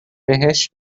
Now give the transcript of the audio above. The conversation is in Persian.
بهش